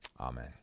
Amen